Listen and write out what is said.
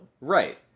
Right